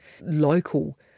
local